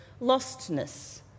lostness